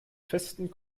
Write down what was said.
festen